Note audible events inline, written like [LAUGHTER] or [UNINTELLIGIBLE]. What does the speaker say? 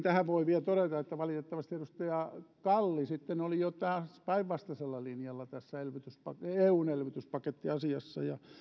[UNINTELLIGIBLE] tähän voi vielä todeta että valitettavasti edustaja kalli sitten oli jo päinvastaisella linjalla tässä eun elvytyspakettiasiassa ja